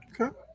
Okay